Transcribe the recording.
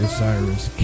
Osiris